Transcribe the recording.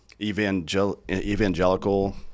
evangelical